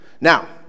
Now